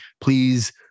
please